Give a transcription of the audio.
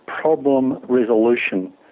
problem-resolution